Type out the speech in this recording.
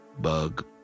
Bug